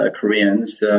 Koreans